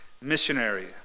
missionary